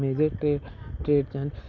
major trade trade channel